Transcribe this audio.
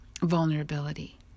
vulnerability